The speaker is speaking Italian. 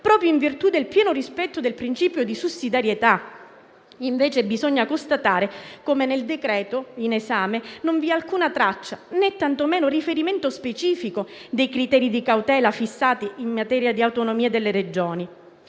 proprio in virtù del pieno rispetto del principio di sussidiarietà. Bisogna invece constatare come nel decreto-legge in esame non vi sia alcuna traccia, né tantomeno riferimento specifico, ai criteri di cautela fissati in materia di autonomia delle Regioni.